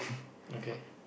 okay